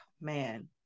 man